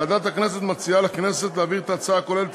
ועדת הכנסת מציעה לכנסת להעביר את ההצעה הכוללת